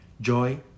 joy